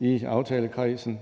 i aftalekredsen